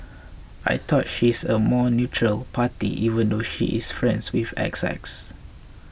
I thought she is a more neutral party even though she is friends X X